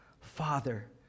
Father